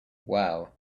wow